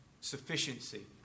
sufficiency